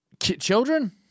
Children